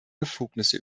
befugnisse